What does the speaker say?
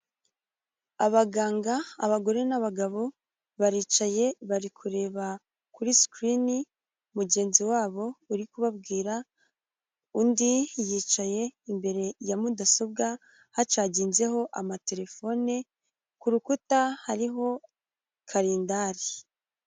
Abaganga, abagore, n'abagabo baricaye bari kureba kuri sikirini mugenzi wabo uri kubabwira, undi yicaye imbere ya mudasobwa hacaginzeho amaterefone, ku rukuta hariho karindari.